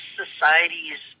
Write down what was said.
society's